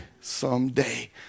someday